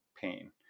pain